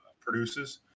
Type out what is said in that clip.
produces